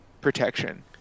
protection